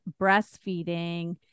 breastfeeding